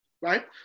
right